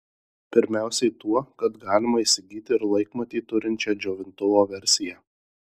pirmiausiai tuo kad galima įsigyti ir laikmatį turinčią džiovintuvo versiją